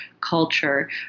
culture